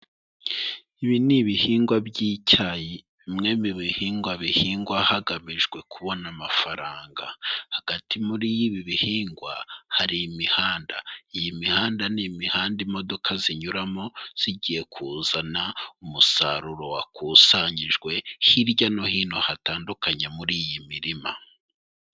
Ibi ni ibihingwa by'icyayi bimwe mu bihingwa bihingwa hagamijwe kubona amafaranga. Hagati muri ibi bihingwa hari imihanda. Iyi mihanda n'imihanda imodoka zinyuramo zigiye kuzana umusaruro wakusanyijwe hirya no hino hatandukanye muri iyi mirima.